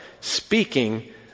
speaking